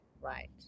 right